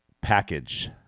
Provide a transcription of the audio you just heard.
package